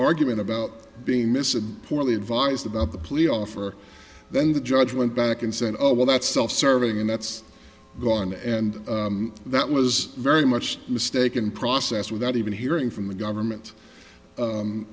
argument about being missing poorly advised about the plea offer then the judge went back and said oh well that's self serving and that's gone and that was very much mistaken process without even hearing from the government